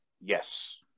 Yes